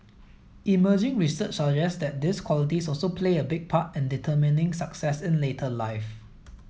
emerging research suggests that these qualities also play a big part in determining success in later life